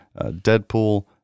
Deadpool